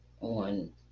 on